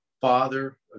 father